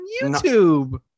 YouTube